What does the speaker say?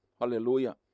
Hallelujah